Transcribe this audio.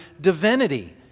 divinity